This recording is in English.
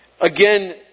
again